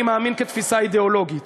אני מאמין כתפיסה אידיאולוגית,